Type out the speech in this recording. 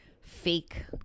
fake